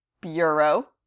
bureau